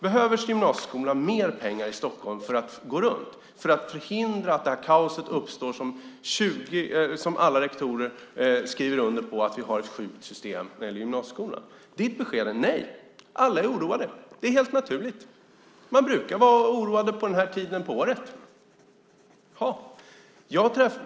Behöver gymnasieskolan i Stockholm mer pengar för att gå runt, för att förhindra det här kaoset? Alla rektorer skriver under på att vi har ett sjukt system. Ditt besked är nej. Alla är oroade. Det är helt naturligt, säger du. Man brukar vara oroad vid den här tiden på året. Jaha.